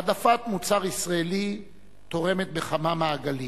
העדפת מוצר ישראלי תורמת בכמה מעגלים: